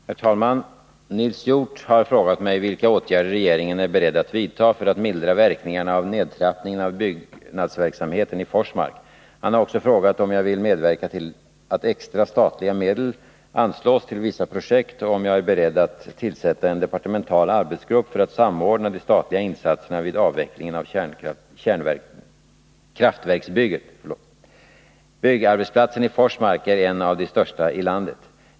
Herr talman! Nils Hjorth har frågat mig vilka åtgärder regeringen är beredd att vidta för att mildra verkningarna av nedtrappningen av byggnadsverksamheten i Forsmark. Han har också frågat om jag vill medverka till att extra statliga medel anslås till vissa projekt och om jag är beredd att tillsätta en departemental arbetsgrupp för att samordna de statliga insatserna vid avvecklingen av kraftverksbygget. Byggarbetsplatsen i Forsmark är en av de största i landet.